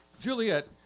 Juliet